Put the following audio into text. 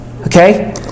Okay